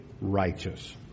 righteous